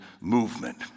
movement